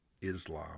Islam